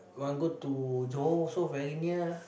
want go to johor also very near